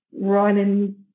running